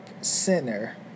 center